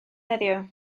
heddiw